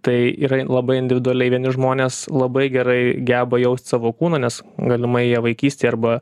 tai yra labai individualiai vieni žmonės labai gerai geba jaust savo kūną nes galimai jie vaikystėj arba